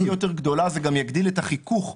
יש פה חברי כנסת שכולם בדעה אחת שצריך לעשות תיקון.